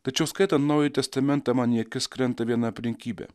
tačiau skaitan naująjį testamentą man į akis krenta viena aplinkybė